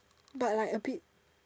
but like a bit